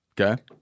Okay